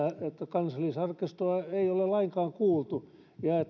kansallisarkistoa ei ole lainkaan kuultu ja että he ovat